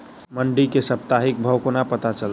मंडी केँ साप्ताहिक भाव कोना पत्ता चलतै?